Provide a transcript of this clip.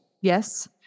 Yes